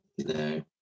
No